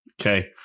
okay